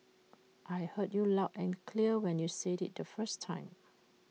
I heard you loud and clear when you said IT the first time